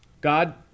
God